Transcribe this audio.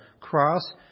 cross